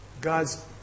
God's